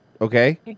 okay